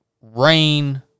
Rain